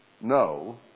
no